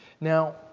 Now